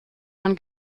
man